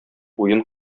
уен